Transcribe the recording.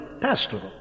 pastoral